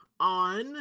on